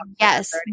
yes